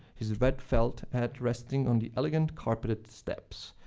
his red felt hat resting on the elegant carpeted steps.